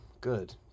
good